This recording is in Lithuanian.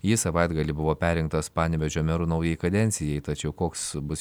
jis savaitgalį buvo perrinktas panevėžio meru naujai kadencijai tačiau koks bus